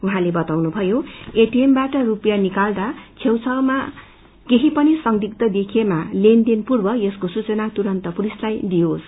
उहाँले बताउनुषयो एटिएम बाट स्पियाँ निकाल्दा छेउछउमा केही पनि संदिग्य देखिएमा लेनदेन पूर्व यसको सूचना तुरन्त पुलिसलाई दिनपर्नेछ